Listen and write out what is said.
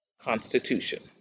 constitution